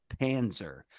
panzer